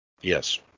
Yes